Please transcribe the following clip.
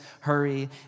hurry